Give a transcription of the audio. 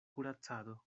kuracado